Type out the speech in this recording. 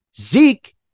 zeke